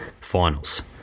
finals